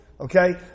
Okay